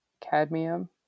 cadmium